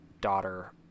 daughter